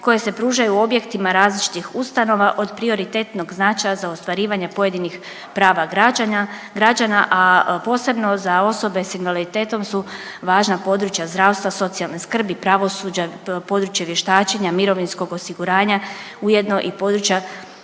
koji se pružaju u objektima različitih ustanova od prioritetnog značaja za ostvarivanja pojedinih prava građana, a posebno za osobe s invaliditetom su važna područja zdravstva, socijalne skrbi, pravosuđa, područje vještačenja, mirovinskog osiguranja ujedno i područja